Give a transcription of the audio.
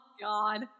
God